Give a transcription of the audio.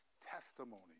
testimony